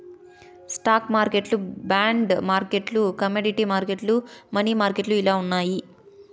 stock మార్కెట్లు bond మార్కెట్లు commodity మార్కెట్లు, మనీ మార్కెట్లు ఇలా ఉన్నాయి